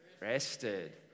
rested